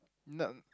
no